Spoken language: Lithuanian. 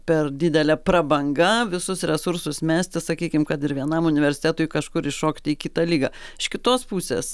per didelė prabanga visus resursus mesti sakykim kad ir vienam universitetui kažkur įšokti į kitą lygą iš kitos pusės